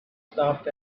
stopped